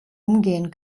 umgehen